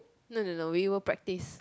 no no no we will practice